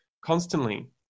constantly